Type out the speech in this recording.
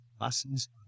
lessons